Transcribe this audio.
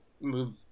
move